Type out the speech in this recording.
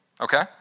okay